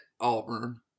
Auburn